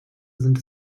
sind